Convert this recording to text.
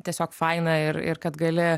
tiesiog faina ir ir kad gali